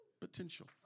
potential